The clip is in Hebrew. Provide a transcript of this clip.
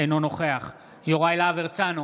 אינו נוכח יוראי להב הרצנו,